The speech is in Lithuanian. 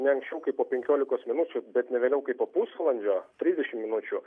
ne anksčiau kaip po penkiolikos minučių bet ne vėliau kaip po pusvalandžio trisdešimt minučių